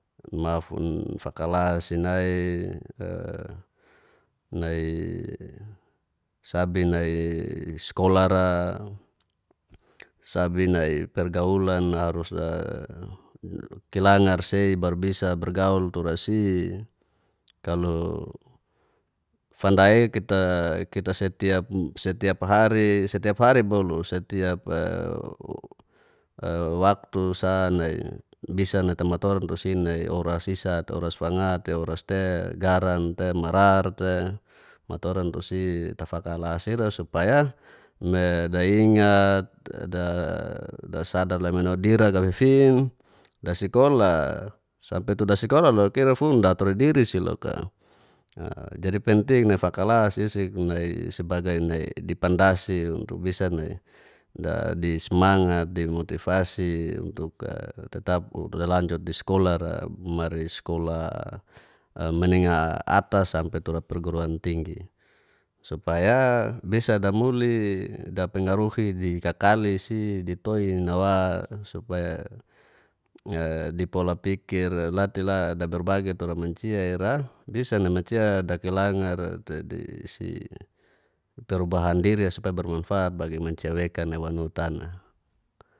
Ma'fun fakalasi nai sabi nai skolara, sabi nai pergaulan harus kelangaresi baru bisa bergaul tura si. kalu fanda'i kita setiap hari bolu setiap waktu sa nai bisa natamatorantusi nai orasi sat oras fanga te oras te garan te marar te matoran tusi tafakalasira supaya. nai daya ingat dasadar le mana dira galifin dasikola sampi tuda sikola loka ira funda turadirisi loka, jadi penting nafakalasisik nai sibagai nai dipandasi untuk bisa nai dadismangat dimutovasi untuk tetap'u dia lanjut di skolara mari skolah menenga atas sampi tura perguruan tinggi, supaya bisa damuli dapengaruhi dikakalisi sitoinawa supaya dipola pikir la te la daberbagai toran mancia ira disana mancia dakelangar perubahan diri'a supaya bermanfaat bagi amncia wekan nai wanu tana.